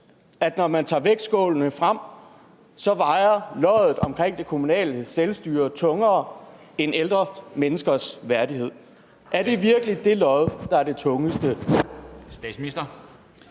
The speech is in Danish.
når man tager vægtskålene frem, at loddet for det kommunale selvstyre vejer tungere end ældre menneskers værdighed? Er det virkelig det lod, der er det tungeste?